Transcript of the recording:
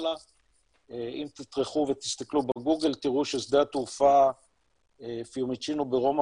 אם תטרחו ותסתכלו בגוגל תראו ששדה התעופה פיומצ'ינו ברומא